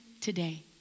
today